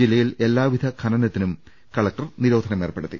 ജില്ലയിൽ എല്ലാ വിധ ഖനനത്തിനും കലക്ടർ നിരോധനം ഏർപ്പെടുത്തി